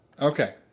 Okay